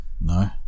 No